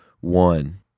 one